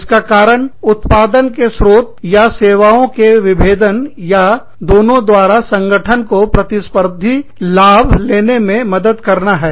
इसका कारण उत्पादन के स्रोत या सेवाओं के विभेदन या दोनों द्वारा संगठन को प्रतिस्पर्धी लाभ लेने में मदद करना है